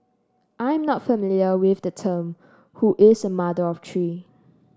I'm not familiar with the term who is a mother of three